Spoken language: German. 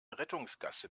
rettungsgasse